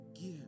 give